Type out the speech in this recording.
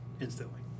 instantly